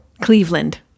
cleveland